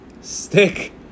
stick